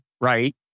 right